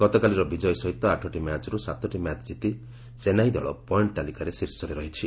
ଗତକାଲିର ବିଜୟ ସହିତ ଆଠଟି ମ୍ୟାଚ୍ରୁ ସାତଟି ମ୍ୟାଚ୍ କିତି ଚେନ୍ନାଇ ଦଳ ପଏଣ୍ଟ ତାଲିକାରେ ଶୀର୍ଷରେ ରହିଛି